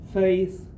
faith